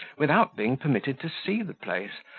without being permitted to see the place,